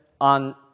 on